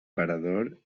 parador